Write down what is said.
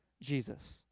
Jesus